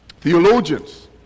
theologians